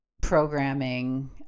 programming